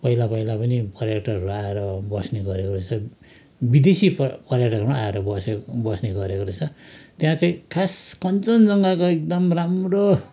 पहिला पहिला पनि पर्यटकहरू आएर बस्ने गरेको रहेछ विदेशी पर् पर्यटकहरू पनि आएर बसे बस्ने गरेको रहेछ त्यहाँ चाहिँ खास कञ्चनजङ्घाको एकदम राम्रो